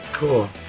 Cool